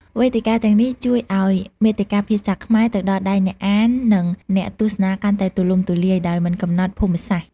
វេទិកាទាំងនេះជួយឱ្យមាតិកាភាសាខ្មែរទៅដល់ដៃអ្នកអាន និងអ្នកទស្សនាកាន់តែទូលំទូលាយ ដោយមិនកំណត់ភូមិសាស្ត្រ។